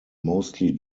mostly